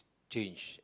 change